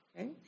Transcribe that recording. Okay